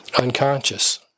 unconscious